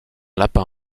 lapin